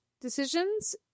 decisions